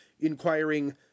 inquiring